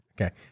Okay